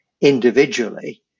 individually